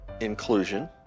inclusion